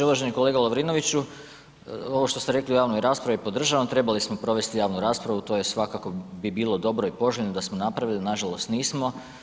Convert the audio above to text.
Uvaženi kolega Lovrinoviću, ovo što ste rekli u javnoj raspravi podržavam, trebali smo provesti javnu raspravu, to bi svakako bilo dobro i poželjno da smo napravili, nažalost nismo.